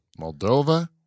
Moldova